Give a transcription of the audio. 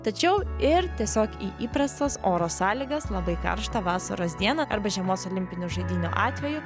tačiau ir tiesiog į įprastas oro sąlygas labai karštą vasaros dieną arba žiemos olimpinių žaidynių atveju